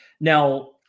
Now